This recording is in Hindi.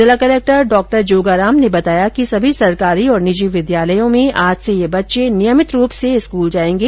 जिला कलक्टर डॉ जोगाराम ने बताया कि सभी सरकारी और निजी विद्यालयों में आज से ये बच्चे नियमित रूप से स्कूल जायेंगे